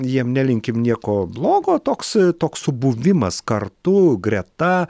jiem nelinkim nieko blogo toks toks buvimas kartu greta